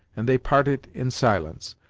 and they parted in silence,